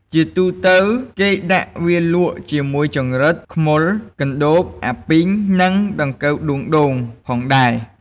ជាទូទៅ គេដាក់វាលក់ជាមួយចង្រិត ខ្មុល កណ្ដូប អាពីង និងដង្កូវដួងដូងផងដែរ។